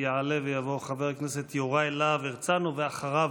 יעלה ויבוא חבר הכנסת יוראי להב הרצנו, ואחריו,